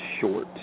short